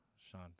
sean